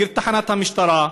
מכיר את תחנת המשטרה.